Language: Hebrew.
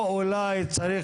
או אולי צריך,